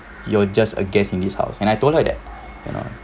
you're just a guest in this house and I told her that you know